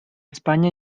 espanya